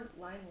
line